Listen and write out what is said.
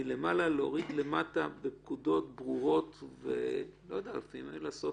חייבים להוריד פקודות ברורות בעניין הזה ואולי לעשות